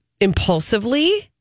impulsively